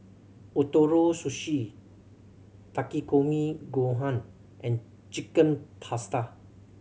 Ootoro Sushi Takikomi Gohan and Chicken Pasta